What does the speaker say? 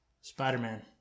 Spider-Man